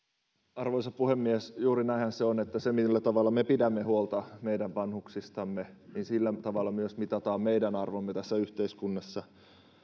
arvoisa puhemies juuri näinhän se on että se millä tavalla me pidämme huolta meidän vanhuksistamme mittaa myös meidän arvomme tässä yhteiskunnassa